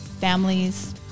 families